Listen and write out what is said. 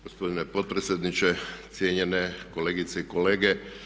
Gospodine potpredsjedniče, cijenjene kolegice i kolege.